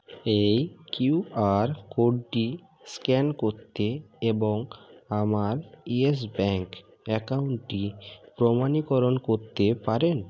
এই Q R কোডটি scan করতে এবং আমার ইয়েস ব্যাংক অ্যাকাউন্টটি প্রমাণীকরণ করতে পারেন